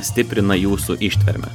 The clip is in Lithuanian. stiprina jūsų ištvermę